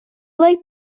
like